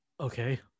Okay